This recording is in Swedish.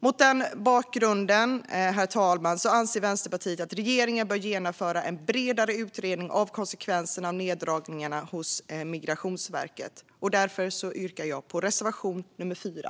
Mot den bakgrunden, herr talman, anser Vänsterpartiet att regeringen bör genomföra en bredare utredning av konsekvenserna av neddragningarna hos Migrationsverket, och därför yrkar jag bifall till reservation 4.